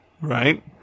right